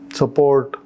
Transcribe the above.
support